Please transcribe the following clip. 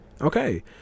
Okay